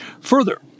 Further